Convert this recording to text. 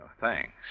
Thanks